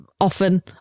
often